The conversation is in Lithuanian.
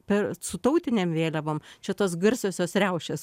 su tautinėm vėliavom šitos garsiosios riaušės